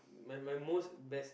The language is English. my my most best